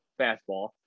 fastball